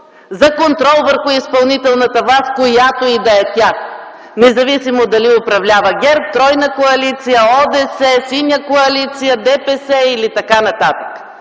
за контрол върху изпълнителната власт, която и да е тя, независимо дали управлява ГЕРБ, тройна коалиция, ОДС, Синя коалиция, ДПС и т.н.